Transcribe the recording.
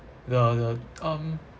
the the um